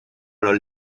los